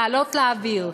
לעלות לאוויר.